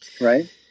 Right